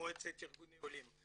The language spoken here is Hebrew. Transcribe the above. ממועצת ארגוני העולים.